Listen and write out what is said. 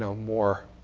so more